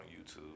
YouTube